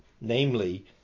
namely